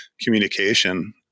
communication